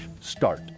start